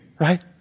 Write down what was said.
right